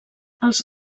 els